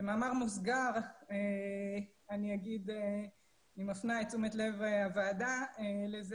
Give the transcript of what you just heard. במאמר מוסגר אני מפנה את תשומת לב הוועדה לזה